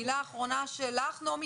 מילה אחרונה שלך, נעמי?